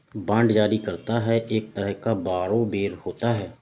bond जारी करता एक तरह का बारोवेर होता है